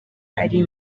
ari